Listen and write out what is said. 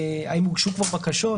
האם הוגשו כבר בקשות?